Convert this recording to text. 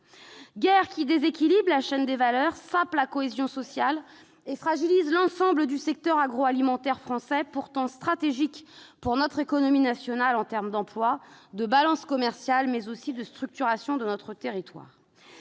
Guerre qui déséquilibre la chaîne de valeurs, sape la cohésion sociale et fragilise l'ensemble du secteur agroalimentaire français, pourtant stratégique pour l'économie nationale en termes d'emplois, de balance commerciale, mais aussi de structuration de notre territoire.